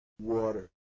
water